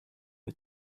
are